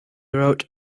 wrote